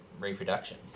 reproduction